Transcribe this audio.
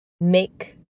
make